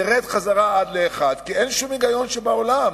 ותרד חזרה עד ל-1, כי אין שום היגיון בעולם.